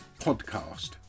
podcast